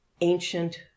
ancient